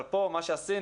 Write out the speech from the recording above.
אבל פה מה שעשינו,